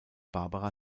barbara